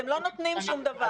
אתם לא נותנים שום דבר.